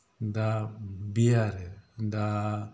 दा बे आरो दा